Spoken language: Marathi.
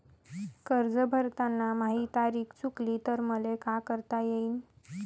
कर्ज भरताना माही तारीख चुकली तर मले का करता येईन?